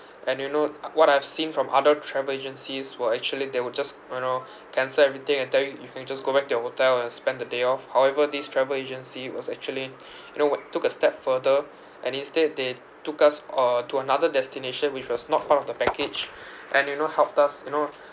and you know ah what I've seen from other travel agencies were actually they would just you know cancel everything and tell you you can just go back to your hotel and spend the day off however this travel agency was actually you know what took a step further and instead they took us uh to another destination which was not part of the package and you know helped us you know